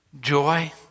Joy